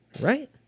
right